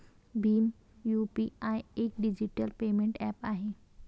Bhim UPI एक digital payment app आहे